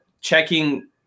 checking